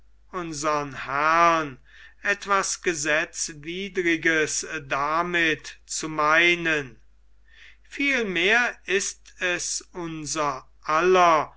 herrn etwas gesetzwidriges damit zu meinen vielmehr ist es unser aller